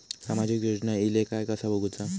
सामाजिक योजना इले काय कसा बघुचा?